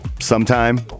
sometime